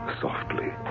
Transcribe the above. softly